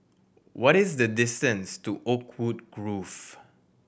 what is the distance to Oakwood Grove